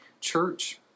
church